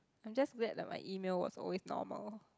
I'm just glad that my email was always normal